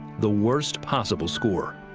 the worst possible score.